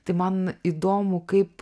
tai man įdomu kaip